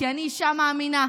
כי אני אישה מאמינה,